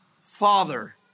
Father